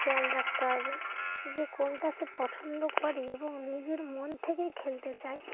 খেয়াল রাখতে হবে যে কোনটা সে পছন্দ করে এবং নিজের মন থেকে খেলতে চায়